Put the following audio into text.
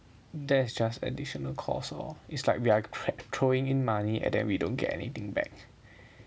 that's just additional costs lor it's like we are throwing in money and then we don't get anything back